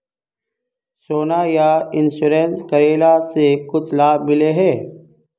सोना यह इंश्योरेंस करेला से कुछ लाभ मिले है?